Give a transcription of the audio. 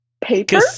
Paper